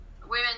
women